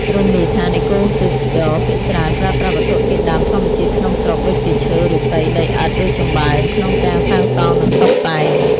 រមណីយដ្ឋានអេកូទេសចរណ៍ ភាគច្រើនប្រើប្រាស់វត្ថុធាតុដើមធម្មជាតិក្នុងស្រុក ដូចជាឈើ ឫស្សី ដីឥដ្ឋ ឬចំបើង ក្នុងការសាងសង់និងតុបតែង។